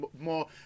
more